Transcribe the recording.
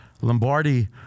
Lombardi